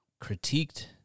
critiqued